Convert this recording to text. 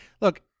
look